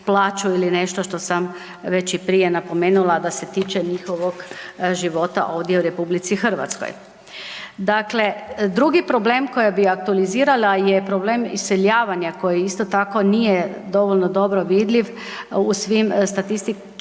plaću ili nešto što sam već prije napomenula da se tiče njihovog života ovdje u RH. Dakle, drugi problem koji bi aktualizirala je problem iseljavanja koji isto tako nije dovoljno dobro vidljiv u svim statističkim